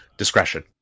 discretion